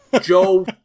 Joe